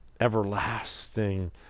everlasting